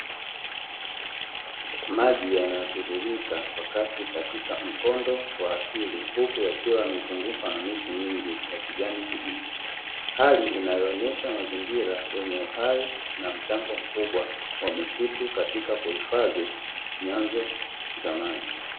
Maji yanayotiririka kwa kasi katika mkondo wa asili huku yakiwa yamezungukwa na miti mingi ya kijani kibichi, hali inayoonyesha mazingira yenye uhai na mchango mkubwa wa misitu katika kuhifadhi nyanzo za maji.